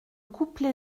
coupent